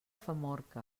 famorca